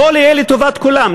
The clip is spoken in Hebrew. הכול יהיה לטובת כולם,